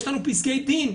יש לנו פסקי דין,